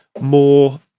more